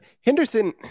Henderson